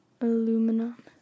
aluminum